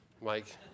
Mike